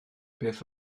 beth